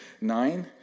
Nine